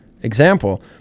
example